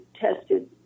tested